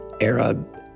Arab